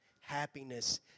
happiness